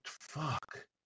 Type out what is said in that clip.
fuck